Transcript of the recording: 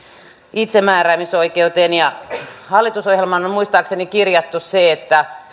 itsemääräämisoikeuteen hallitusohjelmaan on muistaakseni kirjattu se että